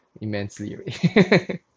immensely